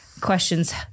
questions